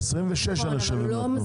26 אני חושב.